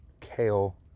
kale